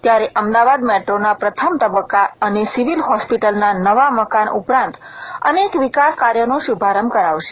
ત્યારે અમદાવાદ મેટ્રોના પ્રથમ તબક્કા અને સિવિલ હોસ્પિટલના નવા મકાન ઉપરાંત અનેક વિકાસ કાર્યોનો શુભારંભ કરાવશે